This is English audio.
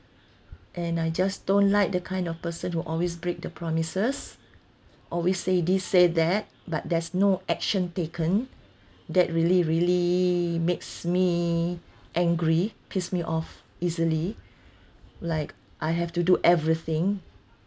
and I just don't like the kind of person who always break the promises always say this say that but there's no action taken that really really makes me angry piss me off easily like I have to do everything